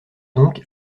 donc